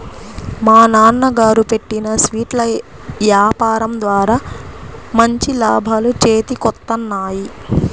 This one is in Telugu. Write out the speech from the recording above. మా నాన్నగారు పెట్టిన స్వీట్ల యాపారం ద్వారా మంచి లాభాలు చేతికొత్తన్నాయి